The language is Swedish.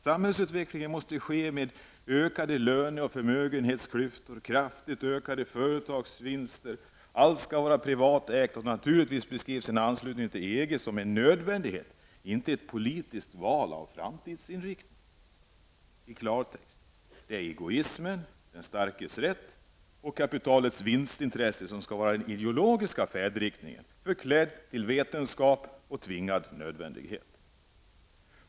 Samhällsutvecklingen måste ske genom ökade löne och förmögenhetsklyftor och kraftigt ökade företagsvinster. Allt skall vara privatägt. Naturligtvis beskrivs en anslutning till EG som en nödvändighet, inte som ett politiskt val av framtidsinriktning. I klartext alltså: Det är egoismen, den starkes rätt och kapitalets vinstintressen som skall utvisa den ideologiska färdriktningen, förklädd till vetenskap och tvingad nödvändighet.